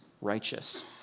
righteous